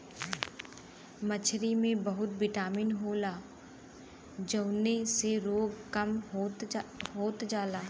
मछरी में बहुत बिटामिन होला जउने से रोग कम होत जाला